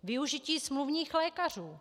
Využití smluvních lékařů.